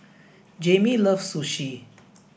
Jamie loves Sushi